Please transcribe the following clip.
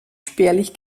spärlich